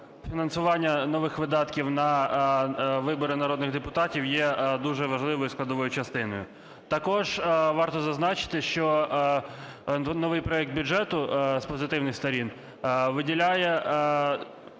фінансування нових видатків на вибори народних депутатів є дуже важливою складовою частиною. Також варто зазначити, що новий проект бюджету, з позитивних сторін, виділяє